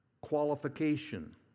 qualification